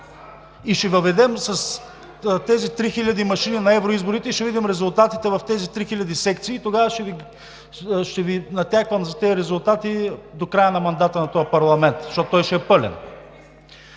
Ще въведем тези три хиляди машини на евроизборите, ще видим резултатите в тези три хиляди секции и тогава ще Ви натяквам за тези резултати до края на мандата на този парламент, защото той ще е пълен.